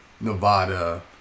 Nevada